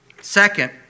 Second